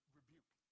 rebuke